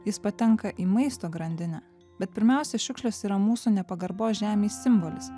jis patenka į maisto grandinę bet pirmiausia šiukšlės yra mūsų nepagarbos žemei simbolis